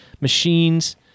Machines